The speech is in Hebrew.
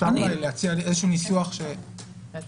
אפשר להציע ניסוח שישלב את